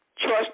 Trust